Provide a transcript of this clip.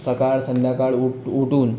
सकाळ संध्याकाळ ऊठ ऊठून